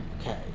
Okay